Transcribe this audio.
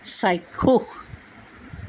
চাক্ষুষ